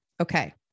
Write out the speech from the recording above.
Okay